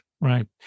Right